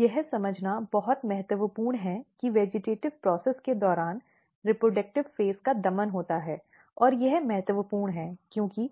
यह समझना बहुत महत्वपूर्ण है कि वेजिटेटिव़ प्रक्रिया के दौरान रीप्रडक्टिव फ़ेज़ का दमन होता है और यह महत्वपूर्ण है क्योंकि